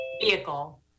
vehicle